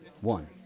One